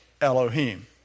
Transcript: Elohim